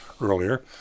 earlier